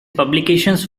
publications